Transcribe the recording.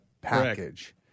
package